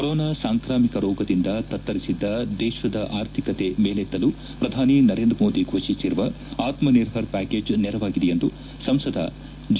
corona ಸಾಂಕ್ರಾಮಿಕ ರೋಗದಿಂದ ತತ್ತರಿಸಿದ್ದ ದೇಶದ ಅರ್ಥಿಕತೆ ಮೇಲೆತ್ತಲು ಶ್ರಧಾನಿ ನರೇಂದ್ರ ಮೋದಿ ಘೋಚಿಸಿರುವ ಆತ್ಮ ನಿರ್ಭರ್ ಪ್ಯಾಕೇಜ್ ನೆರವಾಗಿದೆ ಎಂದು ಸಂಸದ ಜಿ